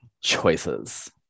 choices